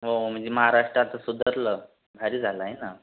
हो म्हणजे महाराष्ट्र आता सुधारलं भारी झालं आहे ना